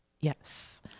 Yes